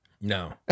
No